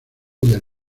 del